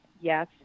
yes